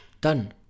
done